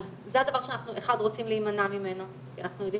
זה הדבר שרוצים להימנע ממנו כי אנחנו יודעים